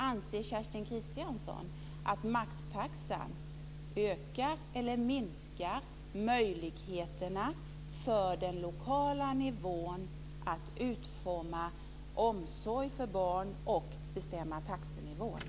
Anser Kerstin Kristiansson utifrån detta att maxtaxan ökar eller minskar möjligheterna för den lokala nivån att utforma omsorg för barn och att bestämma taxenivån?